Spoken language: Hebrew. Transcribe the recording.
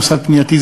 מוסד פנימייתי,